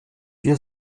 wir